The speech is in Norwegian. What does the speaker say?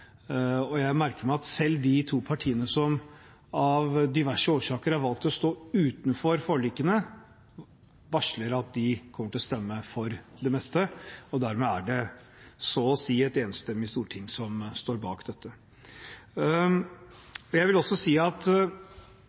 og jeg merker meg at selv de to partiene som av diverse årsaker har valgt å stå utenfor forlikene, varsler at de kommer til å stemme for det meste. Dermed er det et så å si enstemmig storting som står bak dette. Jeg vil også si at